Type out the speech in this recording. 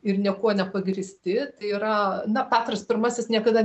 ir niekuo nepagrįsti tai yra na petras pirmasis niekada